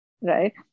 right